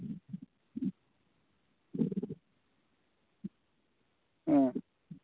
ꯑ